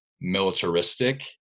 militaristic